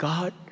God